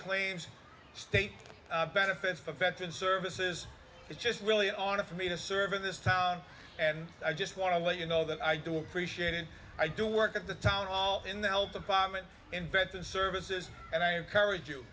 claims state benefits for veterans services it's just really an honor for me to serve in this town and i just want to let you know that i do appreciate it i do work at the town hall in the health department invented services and i encourage you